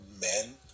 men